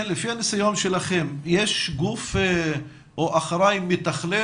לפי הניסיון שלכם יש גוף או אחראי מתכלל